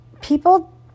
people